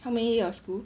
how many of school